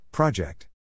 Project